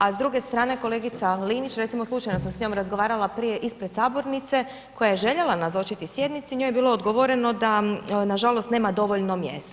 A s druge strane kolegica Linić, recimo slučajno sam s njom razgovarala prije ispred sabornice koja je željela nazočiti sjednici, njoj je bilo odgovoreno da nažalost nema dovoljno mjesta.